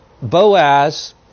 Boaz